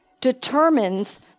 determines